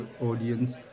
audience